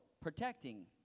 protecting